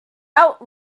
out